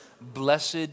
blessed